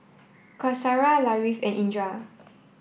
Qaisara Latif and Indra